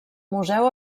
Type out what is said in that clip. museu